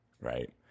right